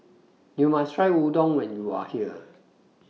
YOU must Try Udon when YOU Are here